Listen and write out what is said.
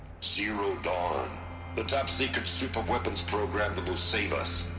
zero dawn the top-secret superweapons program that will save us.